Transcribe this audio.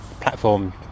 platform